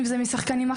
להחזיר?